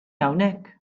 hawnhekk